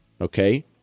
Okay